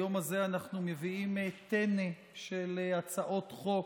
היום אנחנו מביאים טנא של הצעות חוק